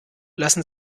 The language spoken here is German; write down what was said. lassen